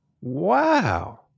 Wow